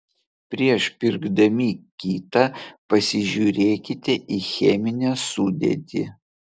prieš pirkdami kitą pasižiūrėkite į cheminę sudėtį